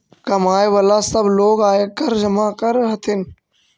कमाय वला सब लोग आयकर जमा कर हथिन